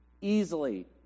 easily